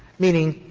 meaning,